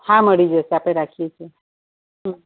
હાં મળી જશે આપણે રાખીએ છીએ હમ